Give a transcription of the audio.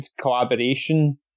collaboration